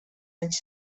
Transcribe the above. anys